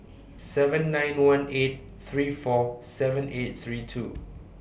seven nine one eight three four seven eight three two